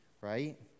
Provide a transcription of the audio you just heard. right